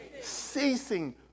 Ceasing